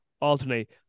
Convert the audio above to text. alternate